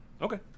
okay